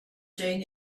doing